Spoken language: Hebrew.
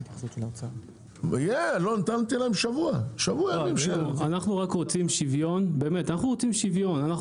אנחנו רק רוצים שוויון וודאות.